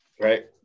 Right